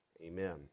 amen